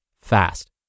fast